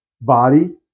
body